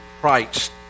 Christ